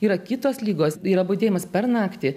yra kitos ligos yra budėjimas per naktį